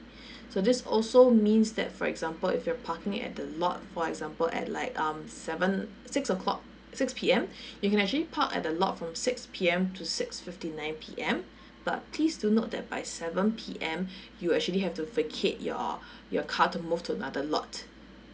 so this also means that for example if you're parking at the lot for example at like um seven six o'clock six P_M you can actually park at the lot from six P_M to six fifty nine P_M but please do note that by seven P_M you'll actually have to vacate your your car to move to another lot